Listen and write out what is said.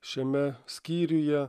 šiame skyriuje